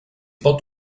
pot